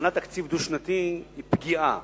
הכנת תקציב דו-שנתי היא פגיעה